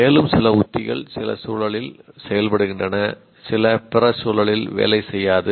மேலும் சில உத்திகள் சில சூழலில் செயல்படுகின்றன சில பிற சூழலில் வேலை செய்யாது